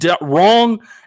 wrong